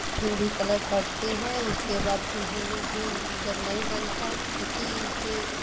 फिर भी कलर करते हैं उसके बाद फिर हम लोग भी जब नहीं बनता है तो किसी से